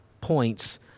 points